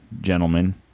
gentlemen